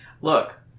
Look